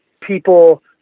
people